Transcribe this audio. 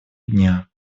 дня